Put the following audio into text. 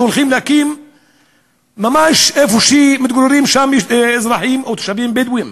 שהולכים להקים ממש במקום שמתגוררים אזרחים או תושבים בדואים,